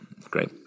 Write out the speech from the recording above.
great